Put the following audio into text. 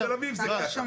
אולי בתל אביב זה ככה.